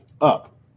up